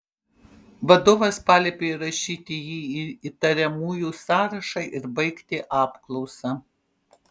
vadovas paliepė įrašyti jį į įtariamųjų sąrašą ir baigti apklausą